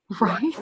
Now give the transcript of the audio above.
Right